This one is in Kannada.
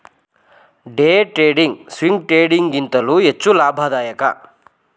ಡೇ ಟ್ರೇಡಿಂಗ್, ಸ್ವಿಂಗ್ ಟ್ರೇಡಿಂಗ್ ಗಿಂತಲೂ ಹೆಚ್ಚು ಲಾಭದಾಯಕ